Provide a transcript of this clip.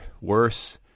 worse